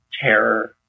terror